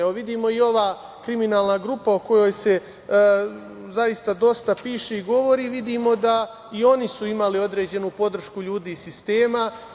Evo, vidimo i ova kriminalna grupa o kojoj se zaista dosta piše i govori, vidimo da su i oni imali određenu podršku ljudi iz sistema.